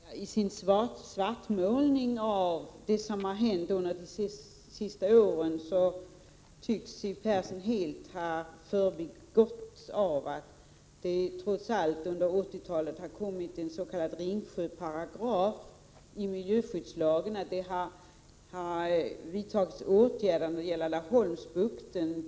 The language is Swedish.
Herr talman! I sin svartmålning av det som har hänt under de senaste åren tycks det helt ha gått Siw Persson förbi att det under 80-talet trots allt har tillkommit en s.k. Ringsjöparagraf i miljöskyddslagen och att det har vidtagits åtgärder när det gäller Laholmsbukten.